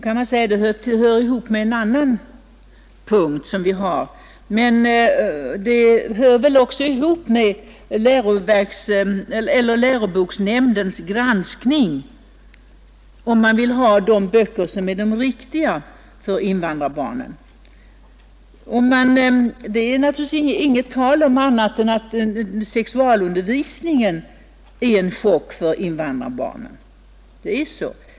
Det kan sägas att den frågan hör hemma under en annan punkt i betänkandet; men om man vill ha de riktiga böckerna för invandrarbarnen kan den också sägas höra ihop med läroboksnämndens granskning. Det är naturligtvis inte tal om annat än att sexualundervisningen är en chock för invandrarbarnen.